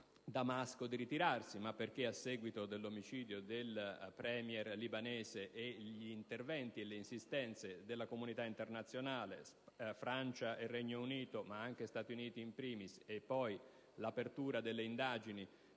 Damasco di ritirarsi, ma perché, a seguito dell'omicidio del già premier libanese Rafik Hariri, e degli interventi e delle insistenze della comunità internazionale (Francia, Regno Unito e Stati Uniti, *in primis*), e poi dell'apertura delle indagini